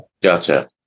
gotcha